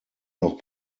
noch